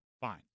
fine